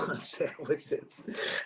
sandwiches